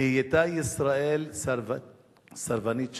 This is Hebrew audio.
נהייתה ישראל סרבנית שלום,